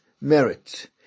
merit